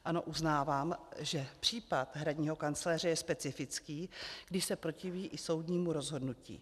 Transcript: Ano, uznávám, že případ hradního kancléře je specifický, když se protiví i soudnímu rozhodnutí.